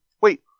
Wait